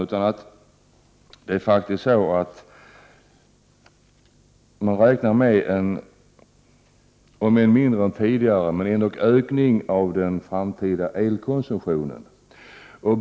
Dessutom räknar man med en ökning — låt vara att den man nu räknar med är mindre än tidigare — av den framtida elkonsumtionen.